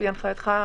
לפי הנחייתך,